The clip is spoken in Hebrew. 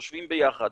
יושבים ביחד